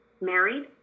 married